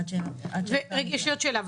עד היום,